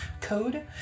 code